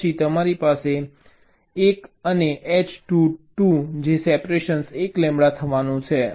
પછી તમારી પાસે I અને H 2 2 જે સેપરેશન 1 લેમ્બડા થવાનું છે